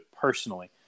personally